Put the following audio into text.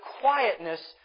quietness